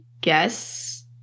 guess